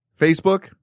Facebook